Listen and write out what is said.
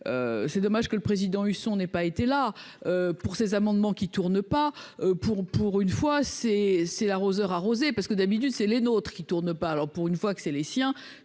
c'est dommage que le président Husson n'ait pas été là pour ces amendements qui tourne pas pour, pour une fois, c'est : c'est l'arroseur arrosé, parce que d'habitude, c'est les nôtres qui tourne pas alors pour une fois que c'est les siens,